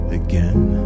again